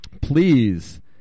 please